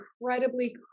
incredibly